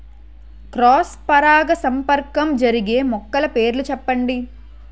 Cross పరాగసంపర్కం జరిగే మొక్కల పేర్లు చెప్పండి?